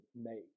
made